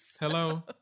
Hello